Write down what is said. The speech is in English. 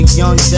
young